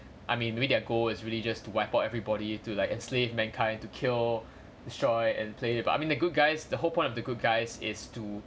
I mean maybe their goal is really just to wipe out everybody to like enslave mankind to kill destroy and play but I mean the good guys the whole point of the good guys is to